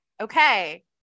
Okay